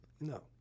No